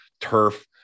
Turf